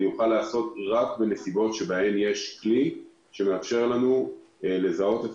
זה יוכל להיעשות רק בנסיבות שיש כלי שמאפשר לנו לזהות כמה